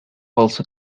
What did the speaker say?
also